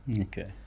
Okay